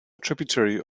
tributary